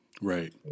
Right